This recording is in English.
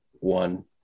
one